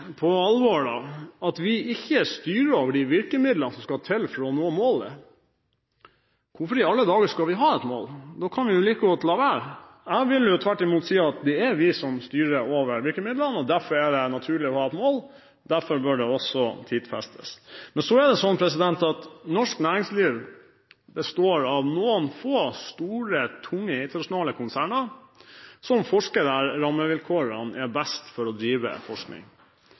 på alvor at vi ikke styrer over de virkemidlene som skal til for å nå målet, hvorfor i alle dager skal vi da ha et mål? Da kan vi like godt la være. Jeg vil tvert imot si at det er vi som styrer over virkemidlene, og derfor er det naturlig å ha et mål. Derfor bør det også tidfestes. Norsk næringsliv består av noen få store, tunge internasjonale konserner der forskerne har de beste rammevilkårene for å drive forskning.